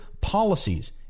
policies